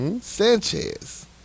Sanchez